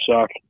suck